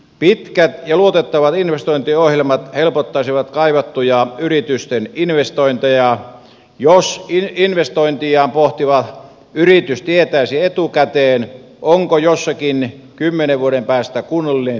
pitkät ja luotettavat investointiohjelmat helpottaisivat kaivattuja yritysten investointeja jos investointiaan pohtiva yritys tietäisi etukäteen onko jossakin kymmenen vuoden päästä kunnollinen tie vai ei